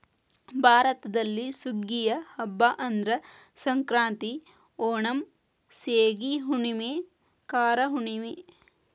ಭಾರತದಲ್ಲಿ ಸುಗ್ಗಿಯ ಹಬ್ಬಾ ಅಂದ್ರ ಸಂಕ್ರಾಂತಿ, ಓಣಂ, ಸೇಗಿ ಹುಣ್ಣುಮೆ, ಕಾರ ಹುಣ್ಣುಮೆ